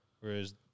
Whereas